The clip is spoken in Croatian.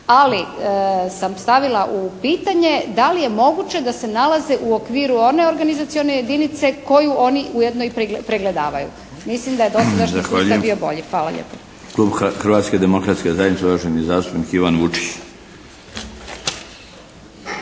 ali sam stavila u pitanje da li je moguće da se nalaze u okviru one organizacione jedinice koju oni ujedno i pregledavaju. Mislim da je dosadašnji sustav bio bolji. Hvala lijepo. **Milinović, Darko (HDZ)** Zahvaljujem. Klub Hrvatske demokratske zajednice, uvaženi zastupnik Ivan Vučić.